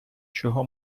чого